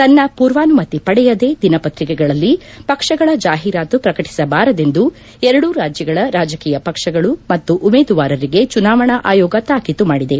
ತನ್ನ ಪೂರ್ವಾನುಮತಿ ಪಡೆಯದೇ ದಿನಪತ್ರಿಕೆಗಳಲ್ಲಿ ಪಕ್ಷಗಳ ಜಾಹೀರಾತು ಪ್ರಕಟಿಸಬಾರದೆಂದು ಎರಡೂ ರಾಜ್ಯಗಳ ರಾಜಕೀಯ ಪಕ್ಷಗಳು ಮತ್ತು ಉಮೇದುವಾರರಿಗೆ ಚುನಾವಣಾ ಆಯೋಗ ತಾಕೀತು ಮಾಡಿದೆ